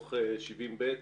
דוח 70ב,